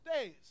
days